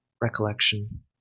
recollection